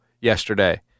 yesterday